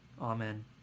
Amen